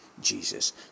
jesus